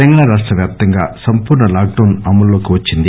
తెలంగాణ రాష్టవ్యాప్తంగా సంపూర్ణ lockdown అమల్లోకి వచ్చింది